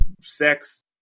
sex